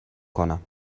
کنم